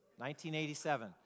1987